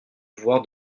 voir